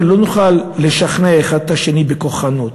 לא נוכל לשכנע אחד את השני בכוחנות.